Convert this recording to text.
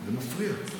זה מפריע.